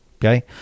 okay